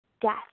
death